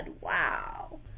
Wow